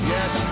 Yes